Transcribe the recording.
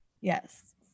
Yes